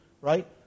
Right